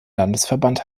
landesverband